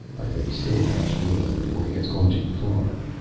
i may still catch balin before he has gone too far!